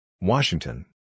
Washington